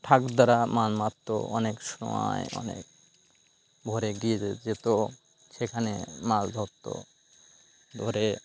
ঠাকুরদারা মাছ মারত অনেক সময় অনেক ভোরে গিয়ে যেত সেখানে মাছ ধরত ধরে